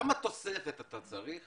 כמה תוספת אתה צריך